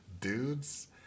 dudes